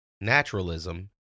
naturalism